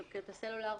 ספקיות הסלולר,